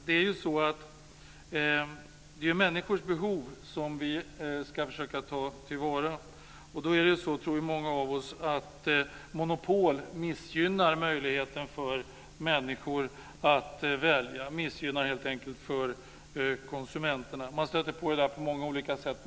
Det är ju människors behov som vi ska försöka ta till vara. Då är det så, tror många av oss, att monopol missgynnar människors möjligheter att välja - missgynnar helt enkelt konsumenterna. Man stöter på det på många olika ställen.